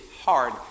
hard